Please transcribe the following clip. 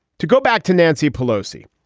to go back to nancy pelosi.